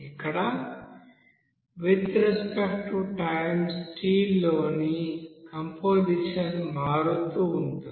ఇక్కడ with respect to time steel లోని composition మారుతూ ఉంటుంది